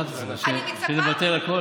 מה את מצפה, שנבטל הכול?